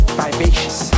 vivacious